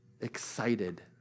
excited